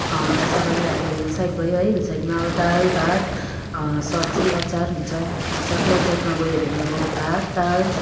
जस्तै अब यहाँ हाम्रो हिल साइड भयो है हिल साइडमा दाल भात सब्जी अचार हुन्छ जस्तै अब प्लेन साइडमा गयो भने अब भात दाल